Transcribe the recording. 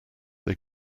they